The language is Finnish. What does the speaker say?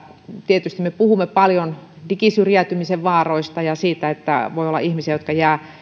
tietysti me puhumme paljon digisyrjäytymisen vaaroista ja siitä että voi olla ihmisiä jotka jäävät